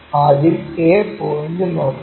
ആദ്യം a point നോക്കാം